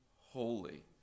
holy